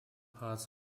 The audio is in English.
parts